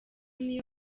niyo